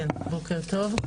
בוקר טוב.